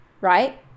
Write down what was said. right